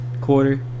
quarter